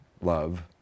love